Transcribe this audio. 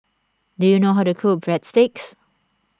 do you know how to cook Breadsticks